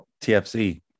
TFC